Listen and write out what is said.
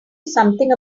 something